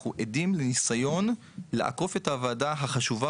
אנחנו עדים לניסיון לעקוף את הוועדה החשובה